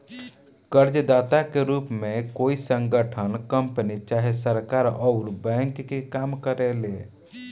कर्जदाता के रूप में कोई संगठन, कंपनी चाहे सरकार अउर बैंक के काम करेले